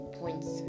points